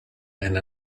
and